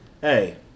hey